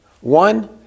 One